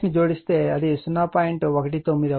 19 Ωఅవుతుంది